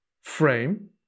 frame